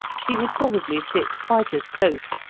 she would probably sit quite as close,